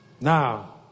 Now